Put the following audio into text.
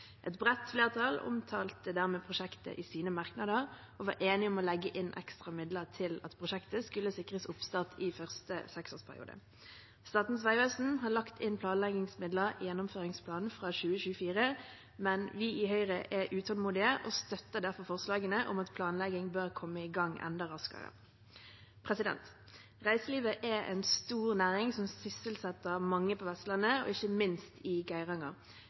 Et bredt flertall omtalte dermed prosjektet i sine merknader og var enige om å legge inn ekstra midler til at prosjektet skulle sikres oppstart i første seksårsperiode. Statens vegvesen har lagt inn planleggingsmidler i gjennomføringsplanen fra 2024, men vi i Høyre er utålmodige og støtter derfor forslagene om at planlegging bør komme i gang enda raskere. Reiselivet er en stor næring som sysselsetter mange på Vestlandet, ikke minst i Geiranger.